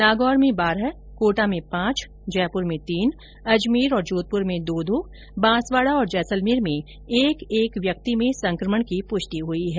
नागौर में बारह कोटा में पांच जयपुर में तीन अजमेर और जोधपुर में दो दो बांसवाड़ा और जैसलमेर में एक एक व्यक्ति में संकमण की पुष्टि हुई है